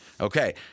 Okay